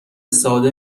ساده